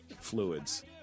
fluids